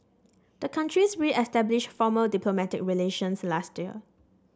the countries reestablished formal diplomatic relations last year